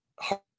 hard